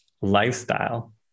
lifestyle